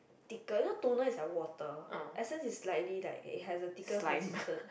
thicker you know toner is like water essence is slightly like it has thicker consistent